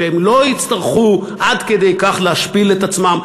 שהם לא יצטרכו עד כדי כך להשפיל את עצמם,